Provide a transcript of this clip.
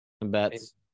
bets